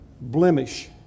blemish